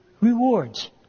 rewards